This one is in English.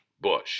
Bush